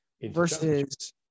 versus